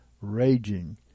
raging